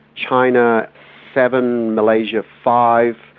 china seven, malaysia five,